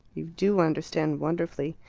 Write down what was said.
you do understand wonderfully.